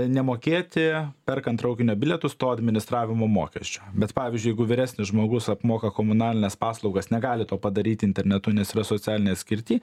nemokėti perkant traukinio bilietus to administravimo mokesčio bet pavyzdžiui jeigu vyresnis žmogus apmoka komunalines paslaugas negali to padaryt internetu nes yra socialinėj atskirty